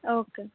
okay